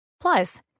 Plus